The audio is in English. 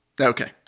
Okay